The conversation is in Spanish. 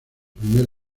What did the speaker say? primer